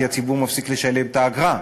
כי הציבור מפסיק לשלם את האגרה,